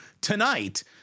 tonight